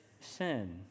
sin